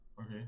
Okay